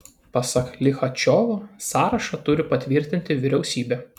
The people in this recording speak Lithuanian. pasak lichačiovo sąrašą turi patvirtinti vyriausybė